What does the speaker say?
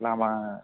लामा